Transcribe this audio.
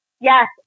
Yes